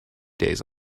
days